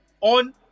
on